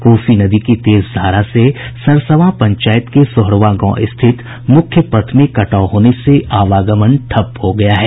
कोसी नदी की तेज धारा से सरसवां पंचायत के सोहरवां गांव स्थित मुख्य पथ में कटाव होने से आवागमन ठप हो गया है